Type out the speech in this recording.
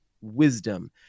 wisdom